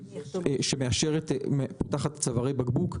שמאשרת תחת צווארי בקבוק.